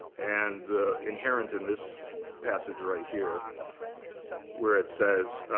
and inherent in this passage right here where it says